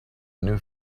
new